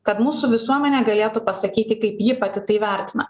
kad mūsų visuomenė galėtų pasakyti kaip ji pati tai vertina